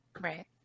right